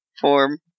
form